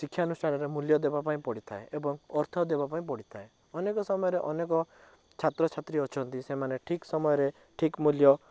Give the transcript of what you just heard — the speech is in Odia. ଶିକ୍ଷାଅନୁଷ୍ଠାନର ମୂଲ୍ୟ ଦେବା ପାଇଁ ପଡ଼ିଥାଏ ଏବଂ ଅର୍ଥ ଦେବା ପାଇଁ ପଡ଼ିଥାଏ ଅନେକ ସମୟରେ ଅନେକ ଛାତ୍ରଛାତ୍ରୀ ଅଛନ୍ତି ସେମାନେ ଠିକ୍ ସମୟରେ ଠିକ୍ ମୂଲ୍ୟ